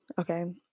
okay